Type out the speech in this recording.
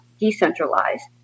decentralized